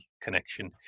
connection